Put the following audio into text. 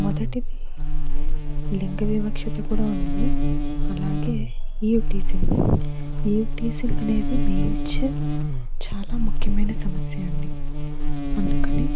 మొదటిది లింగ వివక్షకూడా ఉంది అలాగే ఈవ్ టీజింగ్ ఈవ్ టీజింగ్ అనేది మేజర్ చాలా ముఖ్యమైన సమస్య అండి అందుకని